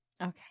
Okay